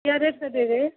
क्या रेट से दे रहे हैं